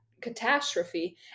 catastrophe